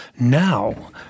Now—